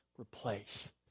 replace